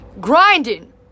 Grinding